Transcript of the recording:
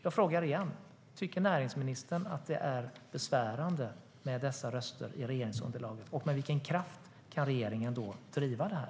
Jag frågar igen: Tycker näringsministern att det är besvärande med dessa röster i regeringsunderlaget? Med vilken kraft kan regeringen driva det här?